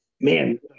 Man